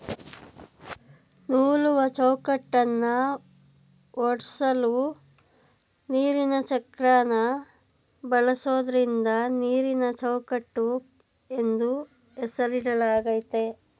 ನೂಲುವಚೌಕಟ್ಟನ್ನ ಓಡ್ಸಲು ನೀರಿನಚಕ್ರನ ಬಳಸೋದ್ರಿಂದ ನೀರಿನಚೌಕಟ್ಟು ಎಂದು ಹೆಸರಿಡಲಾಗಯ್ತೆ